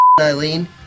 Eileen